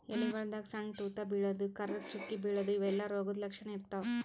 ಎಲಿಗೊಳ್ದಾಗ್ ಸಣ್ಣ್ ತೂತಾ ಬೀಳದು, ಕರ್ರಗ್ ಚುಕ್ಕಿ ಬೀಳದು ಇವೆಲ್ಲಾ ರೋಗದ್ ಲಕ್ಷಣ್ ಇರ್ತವ್